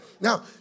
Now